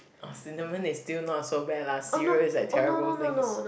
uh cinnamon is still not so bad lah cereal is like terrible things